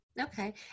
Okay